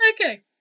Okay